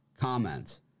comments